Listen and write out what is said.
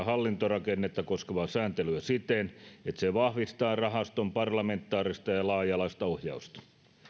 sitran hallintorakennetta koskevaa sääntelyä siten että se vahvistaa rahaston parlamentaarista ja ja laaja alaista ohjausta